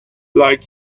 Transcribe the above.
like